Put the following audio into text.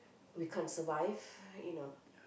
we can't survive you know